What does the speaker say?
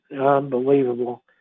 unbelievable